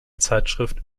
zeitschrift